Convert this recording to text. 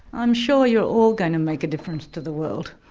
i'm sure you're all going to make a difference to the world.